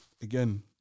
again